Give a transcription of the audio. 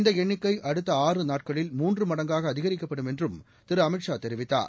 இந்த எண்ணிக்கை அடுத்த ஆறு நாட்களில் மூன்று மடங்காக அதிகிக்கப்படும் என்றும் திரு அமித்ஷா தெரிவித்தார்